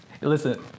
Listen